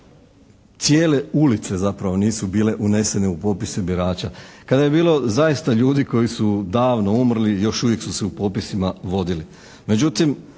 cijele ulice zapravo nisu bile unesene u popise birača, kada je bilo zaista ljudi koji su davno umrli i još uvijek su se u popisima vodili.